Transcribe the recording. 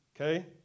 okay